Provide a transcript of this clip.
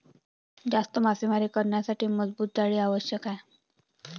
जास्त मासेमारी करण्यासाठी मजबूत जाळी आवश्यक आहे